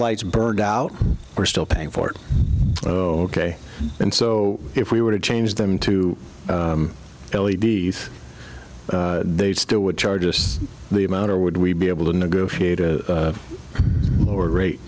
lights burned out we're still paying for it oh ok and so if we were to change them to be they still would charge just the amount or would we be able to negotiate a lower rate